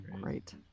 Great